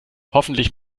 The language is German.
hoffentlich